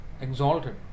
exalted